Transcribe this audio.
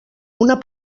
una